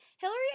Hillary